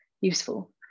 useful